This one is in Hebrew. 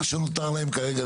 מה שנותר להם כרגע